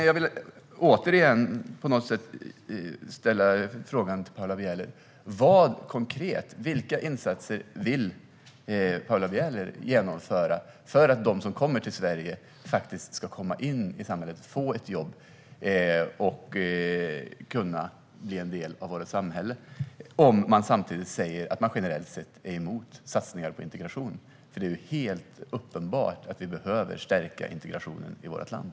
Jag vill återigen ställa frågan till Paula Bieler: Vilka konkreta insatser vill Paula Bieler genomföra för att de som kommer till Sverige faktiskt ska komma in i samhället, få ett jobb och kunna bli en del av vårt samhälle? Ni säger ju samtidigt att ni är emot satsningar på integration, men det är helt uppenbart att vi behöver stärka integrationen i vårt land.